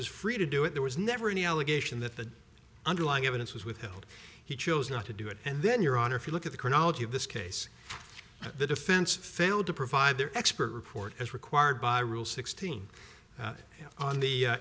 was free to do it there was never any allegation that the underlying evidence was withheld he chose not to do it and then your honor if you look at the chronology of this case the defense failed to provide their expert report as required by rule sixteen on the